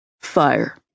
Fire